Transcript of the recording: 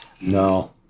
No